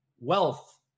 wealth